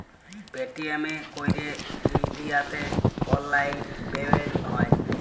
Paytm এ ক্যইরে ইলডিয়াতে অললাইল পেমেল্ট হ্যয়